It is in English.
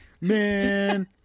Man